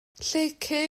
lleucu